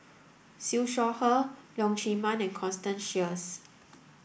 Siew Shaw Her Leong Chee Mun and Constance Sheares